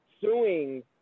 suing